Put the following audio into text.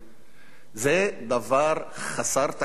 זה דבר חסר תקדים במידת הציניות,